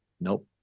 Nope